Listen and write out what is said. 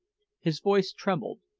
his voice trembled,